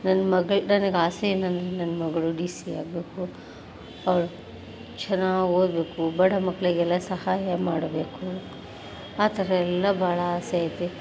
ನನ್ನ ಮಗಳು ನನಗೆ ಆಸೆ ಏನಂದರೆ ನನ್ನ ಮಗಳು ಡಿ ಸಿ ಆಗಬೇಕು ಅವ್ಳು ಚೆನ್ನಾಗ್ ಓದಬೇಕು ಬಡ ಮಕ್ಕಳಿಗೆಲ್ಲ ಸಹಾಯ ಮಾಡಬೇಕು ಆ ಥರ ಎಲ್ಲ ಭಾಳ ಆಸೆ ಇದೆ